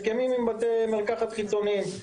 הסכמים עם בתי מרקחת חיצוניים,